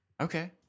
Okay